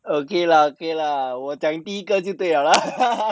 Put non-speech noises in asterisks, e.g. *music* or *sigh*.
okay lah okay lah 我讲你一个就对 liao lah *laughs*